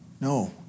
No